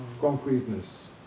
concreteness